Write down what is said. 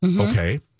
Okay